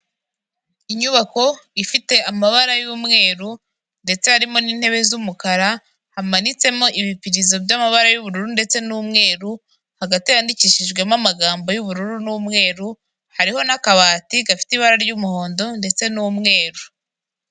Inyubako ifite amabara y'umweru ndetse harimo n'intebe z'umukara, hamanitsemo ibipirizo by'amabara y'ubururu ndetse n'umweru, hagati handikishijwemo amagambo y'ubururu n'umweru, hariho n'akabati gafite ibara ry'umuhondo ndetse n'umweru.